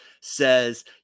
says